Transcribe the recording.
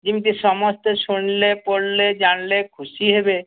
ଯିମିତି ସମସ୍ତେ ଶୁଣିଲେ ପଢ଼ିଲେ ଜାଣିଲେ ଖୁସି ହେବେ